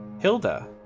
Hilda